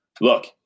look